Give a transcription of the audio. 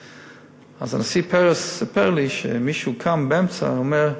הנשיא פרס סיפר לי שמישהו קם באמצע ואמר: